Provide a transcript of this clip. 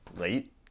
late